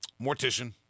Mortician